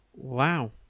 Wow